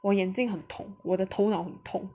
我眼睛很痛我的头脑很痛